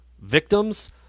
victims